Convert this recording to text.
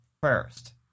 first